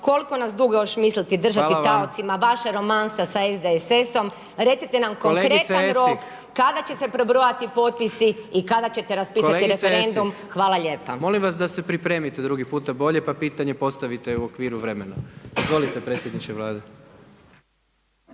koliko nas dugo još mislite držati taocima vaše romansa sa SDSS-om? Recite nam konkretan rok kada će se prebrojati potpisi i kada ćete raspisati referendum? Hvala lijepa. **Jandroković, Gordan (HDZ)** Molim vas da se pripremite drugi puta bolje pa pitanje postavite u okviru vremena. Izvolite predsjedniče Vlade.